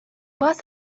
باز